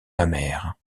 mammaires